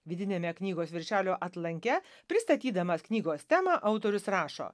vidiniame knygos viršelio atlanke pristatydamas knygos temą autorius rašo